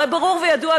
הרי ברור וידוע,